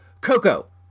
Coco